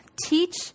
teach